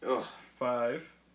five